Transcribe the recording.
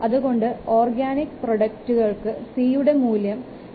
അതുകൊണ്ട് ഓർഗാനിക് പ്രൊഡക്ടുകൾക്ക് c യുടെ മൂല്യം 22